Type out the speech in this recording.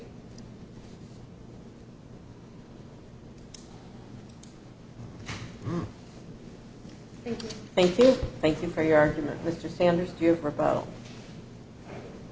time